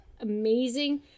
amazing